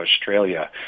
Australia